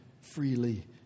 freely